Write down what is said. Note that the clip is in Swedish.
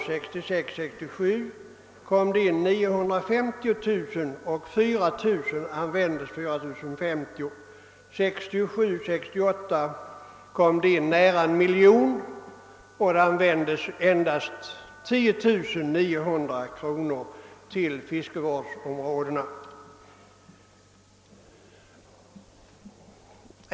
Följande budgetår 1966 68 kom det också in nära 1 miljon kronor, varav endast 10 900 kronor användes till fiskevårdsområdena.